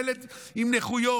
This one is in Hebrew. ילד עם נכויות,